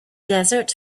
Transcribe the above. desert